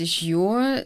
iš jų